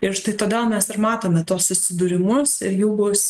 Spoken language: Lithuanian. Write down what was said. ir štai todėl mes ir matome tuos susidūrimus ir jų bus